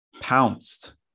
pounced